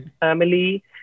family